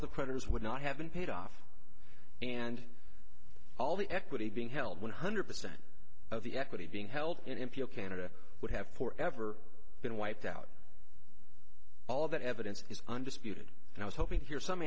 of the creditors would not have been paid off and all the equity being held one hundred percent of the equity being held in fuel canada would have for ever been wiped out all that evidence is undisputed and i was hoping to hear some